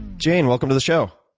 jane, welcome to the show.